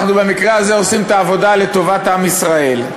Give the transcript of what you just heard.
אנחנו במקרה הזה עושים את העבודה לטובת עם ישראל.